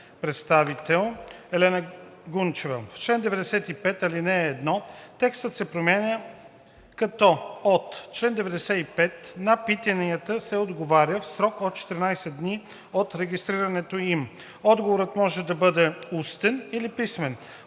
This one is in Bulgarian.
представител Елена Гунчева.